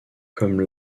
comme